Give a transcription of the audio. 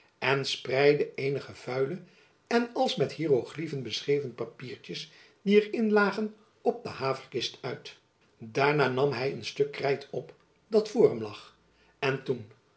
en spreidde eenige vuile en als jacob van lennep elizabeth musch met hieroglyfen beschreven papiertjes die er in lagen op de haverkist uit daarna nam hy een stuk krijt op dat voor hem lag en toen